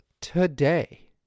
today